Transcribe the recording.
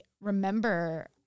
remember